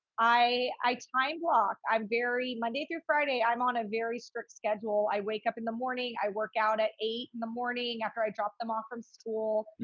i i time block i'm very monday through friday, i'm on a very strict schedule. i wake up in the morning. i work out at eight in the morning after i dropped them off from school.